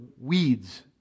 weeds